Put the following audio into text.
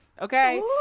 okay